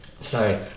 sorry